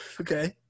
Okay